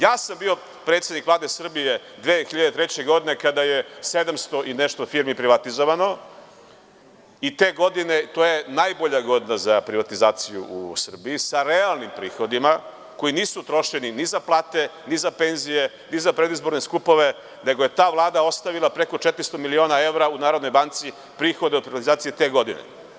Bio sam predsednik Vlade Srbije 2003. godine kada je 700 i nešto firmi privatizovano i te godine, to je najbolja godina za privatizaciju u Srbiji sa realnim prihodima, koji nisu trošeni ni za plate, ni za penzije, ni za predizborne skupove, nego je ta Vlada ostavila preko 400 miliona evra u Narodnoj banci, prihode od privatizacije te godine.